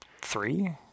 Three